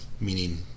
meaning